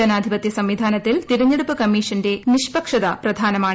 ജനാധിപത്യ സംവിധാനത്തിൽ തിരഞ്ഞെടുപ്പ് കമ്മീഷന്റെ നിഷ്പക്ഷത പ്രധാനമാണ്